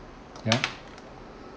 yup